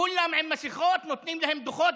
כולם עם מסכות, נותנים להם דוחות.